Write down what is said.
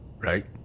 right